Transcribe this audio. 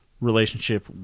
relationship